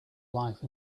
life